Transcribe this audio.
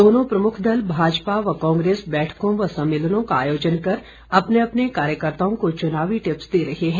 दोनों प्रमुख दल भाजपा व कांग्रेस बैठकों व सम्मेलनों का आयोजन कर अपने अपने कार्यकर्ताओं को चुनावी टिप्स दे रहे है